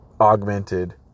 augmented